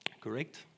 Correct